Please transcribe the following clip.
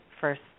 first